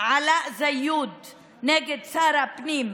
עלאא זיוד נגד שר הפנים,